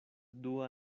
dua